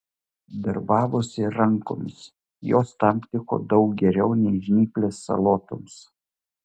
darbavosi rankomis jos tam tiko daug geriau nei žnyplės salotoms